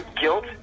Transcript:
guilt